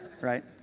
Right